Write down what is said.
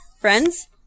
Friends